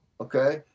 Okay